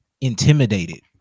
intimidated